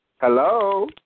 Hello